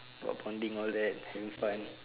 got bonding all that having fun